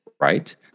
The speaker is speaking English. right